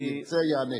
אם ירצה, יענה.